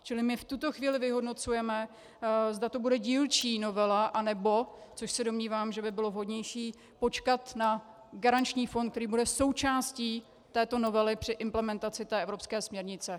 Čili my v tuto chvíli vyhodnocujeme, zda to bude dílčí novela, nebo, což se domnívám, že by bylo vhodnější počkat na garanční fond, který bude součástí této novely při implementaci té evropské směrnice.